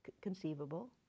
conceivable